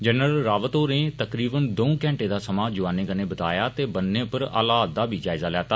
general Rawat होरें करीबन दर्ऊ घैंटे दा समा जुआनें कन्नै बताया ते बन्ने परा हालात दा बी जायजा लैता